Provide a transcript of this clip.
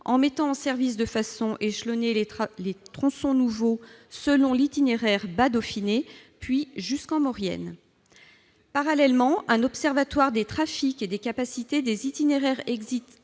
en mettant en service de façon échelonnée les tronçons nouveaux selon l'itinéraire Bas-Dauphiné, puis jusqu'en Maurienne. Parallèlement, un observatoire des trafics et des capacités des itinéraires